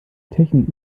technik